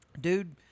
Dude